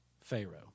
Pharaoh